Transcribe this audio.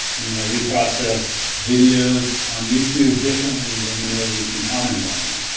you know we process videos on youtube differently when we know that we can comment on them